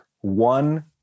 one